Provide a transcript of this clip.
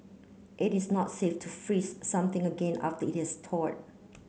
it is not safe to freeze something again after it has thawed